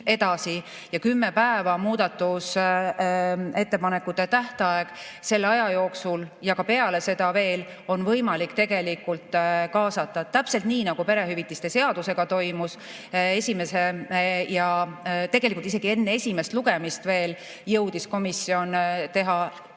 edasi. Kümme päeva on muudatusettepanekute tähtaeg, selle aja jooksul ja ka peale seda veel on võimalik kaasata. Täpselt nii, nagu perehüvitiste seadusega toimus: tegelikult isegi juba enne esimest lugemist jõudis komisjon teha